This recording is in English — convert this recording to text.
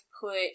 put